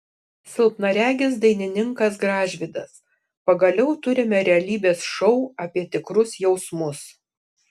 silpnaregis dainininkas gražvydas pagaliau turime realybės šou apie tikrus jausmus